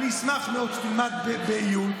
אני אשמח מאוד שתלמד בעיון,